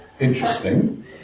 Interesting